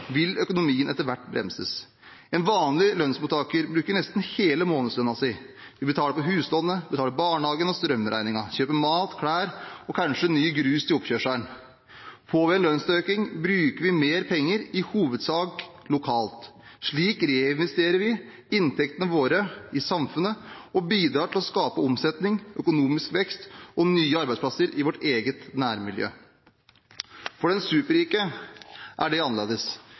vil økonomien etter hvert bremses. En vanlig lønnsmottaker bruker nesten hele månedslønnen sin. Vi betaler på huslånet, vi betaler barnehagen og strømregningen, vi kjøper mat, klær og kanskje ny grus til oppkjørselen. Får vi en lønnsøkning, bruker vi mer penger – i hovedsak lokalt. Slik reinvesterer vi inntektene våre i samfunnet og bidrar til å skape omsetning, økonomisk vekst og nye arbeidsplasser i vårt eget nærmiljø. For de superrike er det annerledes.